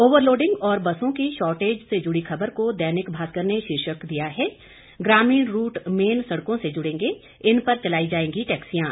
overloading और बसों की शॉर्टेज से जुड़ी खबर को दैनिक भास्कर ने शीर्षक दिया है ग्रामीण रूट मेन सड़कों से जुड़ेंगे इन पर चलाई जाएंगी टैक्सियां